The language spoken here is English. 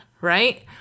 Right